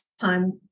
time